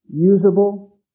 usable